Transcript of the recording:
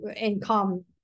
income